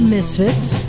Misfits